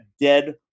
dead